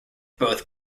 both